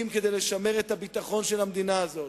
כדי לשמר את הביטחון של המדינה הזו,